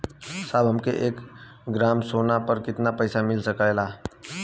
साहब हमके एक ग्रामसोना पर कितना पइसा मिल सकेला?